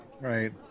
Right